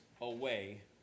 away